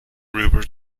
river